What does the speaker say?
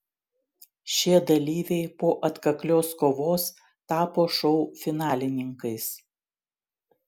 šie dalyviai po atkaklios kovos tapo šou finalininkais